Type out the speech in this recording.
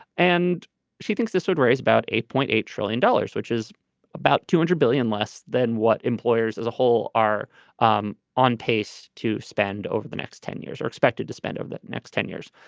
and she thinks this would raise about eight point eight trillion dollars which is about two hundred billion less than what employers as a whole are um on pace to spend over the next ten years are expected to spend over the next ten years.